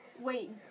Wait